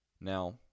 Now